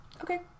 Okay